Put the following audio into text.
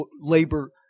labor